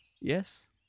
Yes